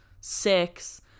six